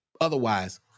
Otherwise